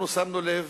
שמנו לב